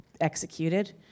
executed